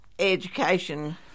Education